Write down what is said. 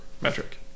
metric